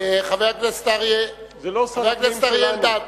חבר הכנסת אריה אלדד, זה לא שר הפנים שלנו.